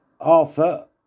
Arthur